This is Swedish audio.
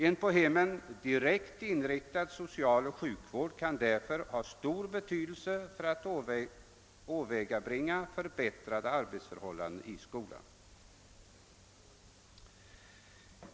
En på hemmen direkt inriktad socialoch sjukvård kan därför ha stor betydelse för att åvägabringa förbättrade arbetsförhållanden i skolan.